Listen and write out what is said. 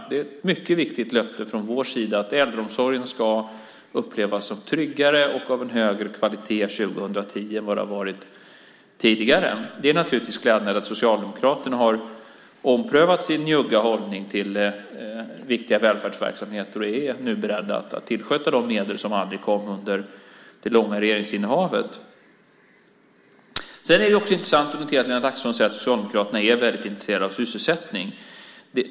Det är ett mycket viktigt löfte från vår sida - äldreomsorgen ska upplevas som tryggare och av en högre kvalitet 2010 än vad som har varit fallet tidigare. Det är naturligtvis glädjande att Socialdemokraterna har omprövat sin njugga hållning till viktiga välfärdsverksamheter och nu är beredda att tillskjuta de medel som aldrig kom under det långa regeringsinnehavet. Det är intressant att notera att Lennart Axelsson säger att Socialdemokraterna är väldigt intresserade av sysselsättning.